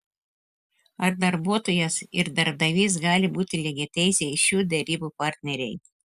ar darbuotojas ir darbdavys gali būti lygiateisiai šių derybų partneriai